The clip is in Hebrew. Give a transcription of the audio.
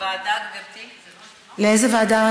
לאיזו ועדה?